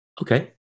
Okay